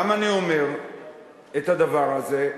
למה אני אומר את הדבר הזה?